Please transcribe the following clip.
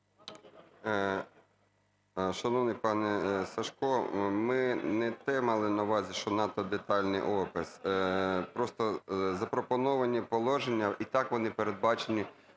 Шановний пане Сажко, ми не те мали на увазі, що надто детальний опис, просто запропоновані положення, і так вони передбачені